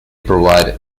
provide